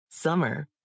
Summer